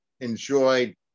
enjoyed